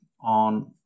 on